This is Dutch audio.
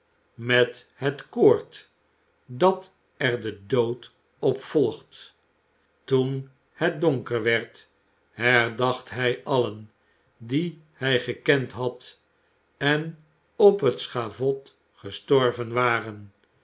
met het koord dat er de dood op volgt toen het donker werd herdacht hij allen die hij gekend had en op het schavot gestorven waren